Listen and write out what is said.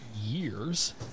years